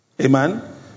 Amen